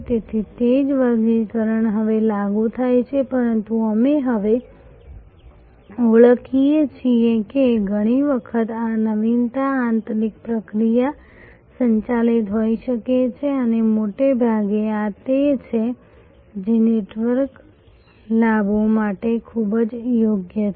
તેથી તે જ વર્ગીકરણ હવે લાગુ થાય છે પરંતુ અમે હવે ઓળખીએ છીએ કે ઘણી વખત આ નવીનતા આંતરિક પ્રક્રિયા સંચાલિત હોઈ શકે છે અને મોટેભાગે આ તે છે જે નેટવર્ક લાભો માટે ખૂબ જ યોગ્ય છે